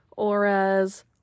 Auras